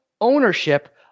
ownership